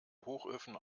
hochöfen